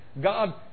God